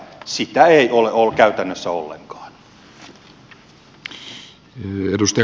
sitä ei ole käytännössä ollenkaan